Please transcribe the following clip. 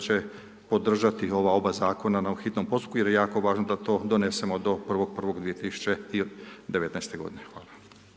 će podržati ova oba zakona na hitnom postupku jer je jako važno da to donesemo do 1.1.2019. g.